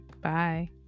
Bye